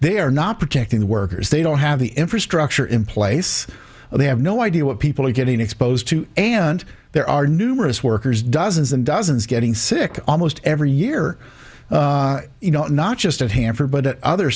they're not protecting the workers they don't have the infrastructure in place and they have no idea what people are getting exposed to and there are numerous workers dozens and dozens getting sick almost every year you know not just at hanford but at other